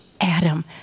Adam